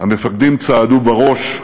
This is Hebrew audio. המפקדים צעדו בראש,